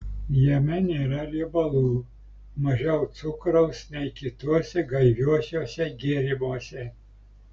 jame nėra riebalų mažiau cukraus nei kituose gaiviuosiuose gėrimuose